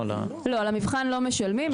לא, על המבחן לא משלמים.